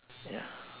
ya